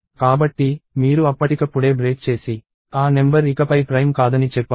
కాబట్టి మీరు అప్పటికప్పుడే బ్రేక్ చేసి ఆ నెంబర్ ఇకపై ప్రైమ్ కాదని చెప్పవచ్చు